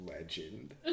legend